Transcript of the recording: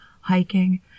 hiking